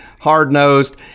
hard-nosed